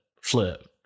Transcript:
flip